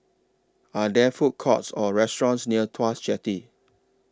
Are There Food Courts Or restaurants near Tuas Jetty